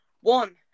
one